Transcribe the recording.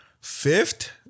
Fifth